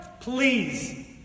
please